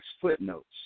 footnotes